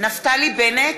נפתלי בנט,